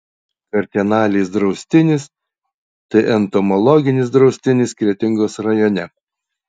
kartenalės draustinis tai entomologinis draustinis kretingos rajone